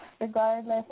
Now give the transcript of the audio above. regardless